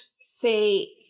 say